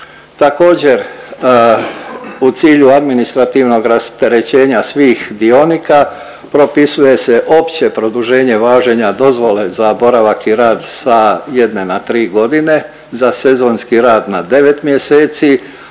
Također u cilju administrativnog rasterećenja svih dionika propisuje se opće produženje važenja dozvole za boravak i rad sa jedne na tri godine, za sezonski rad na devet mjeseci,